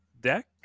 deck